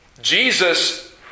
Jesus